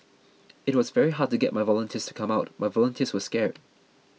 it was very hard to get my volunteers to come out my volunteers were scared